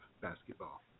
basketball